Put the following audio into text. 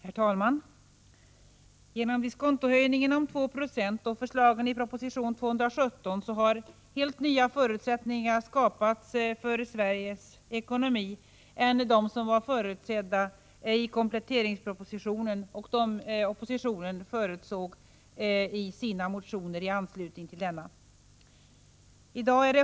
Herr talman! Genom diskontohöjningen om 2 96 och förslagen i proposition 217 har helt andra förutsättningar skapats för Sveriges ekonomi än vad som förutsågs i kompletteringspropositionen och i oppositionens motioner i anslutning till denna.